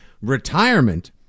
retirement